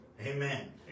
Amen